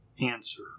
answer